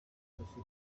dufite